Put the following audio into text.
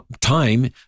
time